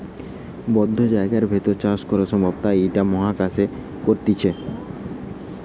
বদ্ধ জায়গার ভেতর চাষ করা সম্ভব তাই ইটা মহাকাশে করতিছে